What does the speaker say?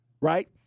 right